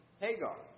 Hagar